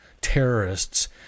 terrorists